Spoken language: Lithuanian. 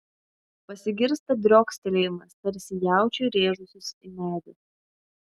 pasigirsta driokstelėjimas tarsi jaučiui rėžusis į medį